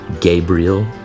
Gabriel